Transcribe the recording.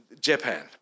Japan